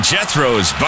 Jethro's